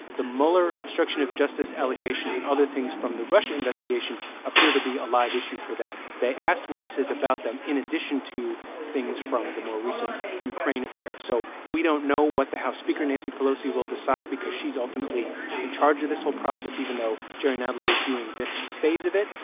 the mueller obstruction of justice allegations and other things from the russia investigation appear to be a live issue for them. they asked witnesses about them in addition to things from the more recent ukraine affair. so we don't know what the house speaker, nancy pelosi, will decide because she's ultimately in charge of this whole process, even though jerry nadler is doing this phase of it,